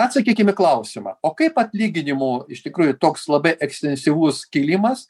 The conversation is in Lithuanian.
atsakykim į klausimą o kaip atlyginimų iš tikrųjų toks labai ekstensyvus kilimas